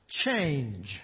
change